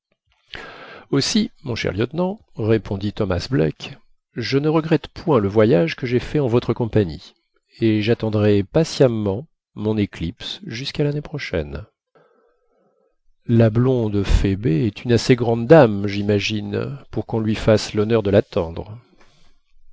aussi mon cher lieutenant répondit thomas black je ne regrette point le voyage que j'ai fait en votre compagnie et j'attendrai patiemment mon éclipse jusqu'à l'année prochaine la blonde phoebé est une assez grande dame j'imagine pour qu'on lui fasse l'honneur de l'attendre